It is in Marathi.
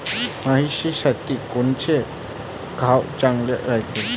म्हशीसाठी कोनचे खाद्य चांगलं रायते?